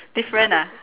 different ah